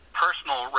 personal